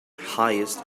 highest